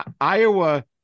Iowa